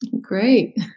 Great